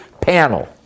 panel